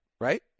right